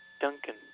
Duncan